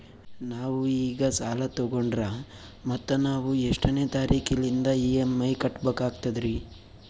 ನಾವು ಈಗ ಸಾಲ ತೊಗೊಂಡ್ರ ಮತ್ತ ನಾವು ಎಷ್ಟನೆ ತಾರೀಖಿಲಿಂದ ಇ.ಎಂ.ಐ ಕಟ್ಬಕಾಗ್ತದ್ರೀ?